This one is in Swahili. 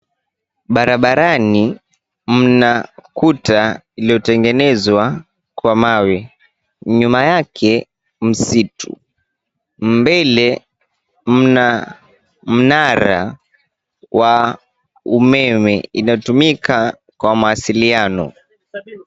Barabarani mna kuta iliyotengenezwa kwa mawe, nyuma yake msitu. Mbele mna mnara wa umeme inayotumika kwa mawasiliano.